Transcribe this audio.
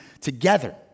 together